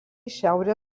šiaurę